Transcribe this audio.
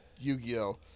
Yu-Gi-Oh